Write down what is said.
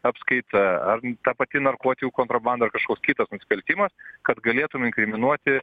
apskaita ar ta pati narkotikų kontrabanda ar kažkoks kitas nusikaltimas kad galėtume inkriminuoti